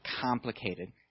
complicated